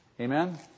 Amen